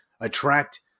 attract